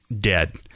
dead